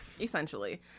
essentially